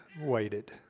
waited